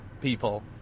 people